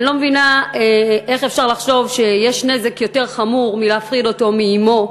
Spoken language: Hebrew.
אני לא מבינה איך אפשר לחשוב שיש נזק יותר חמור מלהפריד אותו מאמו,